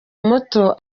muto